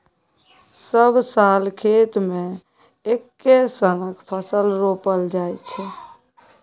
सब साल खेत मे एक्के सनक फसल रोपल जाइ छै